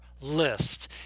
list